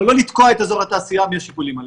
אבל לא לתקוע את אזור התעשייה מהשיקולים הללו.